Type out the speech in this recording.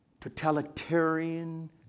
totalitarian